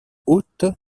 hôtes